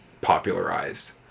popularized